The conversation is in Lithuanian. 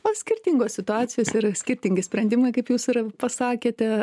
o skirtingos situacijos yra skirtingi sprendimai kaip jūs ir pasakėte